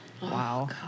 Wow